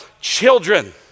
children